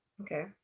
Okay